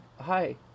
hi